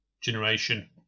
generation